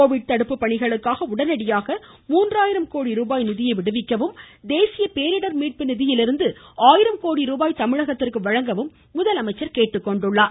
Covid தடுப்பு பணிகளுக்காக உடனடியாக மூன்றாயிரம் கோடி ருபாய் நிதியை விடுவிக்கவும் தேசிய பேரிடர் மீட்பு நிதியில் இருந்து ஆயிரம் கோடி ரூபாய் தமிழகத்திற்கு வழங்கவும் முதலமைச்சர் வலியுறுத்தினார்